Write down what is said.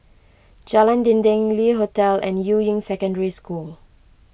Jalan Dinding Le Hotel and Yuying Secondary School